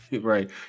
right